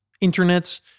internet